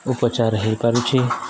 ଉପଚାର ହେଇପାରୁଛି